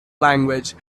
language